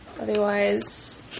Otherwise